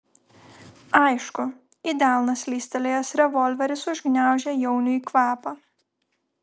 aišku į delną slystelėjęs revolveris užgniaužė jauniui kvapą